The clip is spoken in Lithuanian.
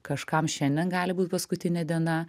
kažkam šiandien gali būt paskutinė diena